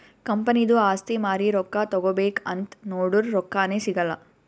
ಕಂಪನಿದು ಆಸ್ತಿ ಮಾರಿ ರೊಕ್ಕಾ ತಗೋಬೇಕ್ ಅಂತ್ ನೊಡುರ್ ರೊಕ್ಕಾನೇ ಸಿಗಲ್ಲ